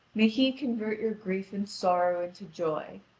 may he convert your grief and sorrow into joy.